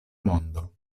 mondo